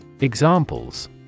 Examples